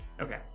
Okay